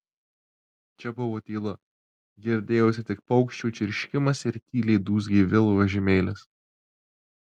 čia buvo tylu girdėjosi tik paukščių čirškimas ir tyliai dūzgė vilo vežimėlis